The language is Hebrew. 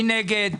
מי נגד?